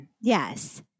Yes